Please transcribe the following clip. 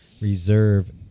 Reserve